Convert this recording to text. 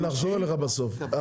נחזור אליך בסוף.